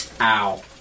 Ow